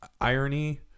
irony